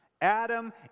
Adam